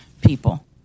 people